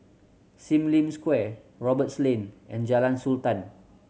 Sim Lim Square Roberts Lane and Jalan Sultan